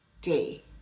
day